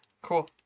Cool